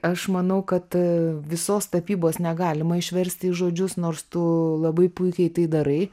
aš manau kad visos tapybos negalima išversti į žodžius nors tu labai puikiai tai darai